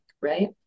right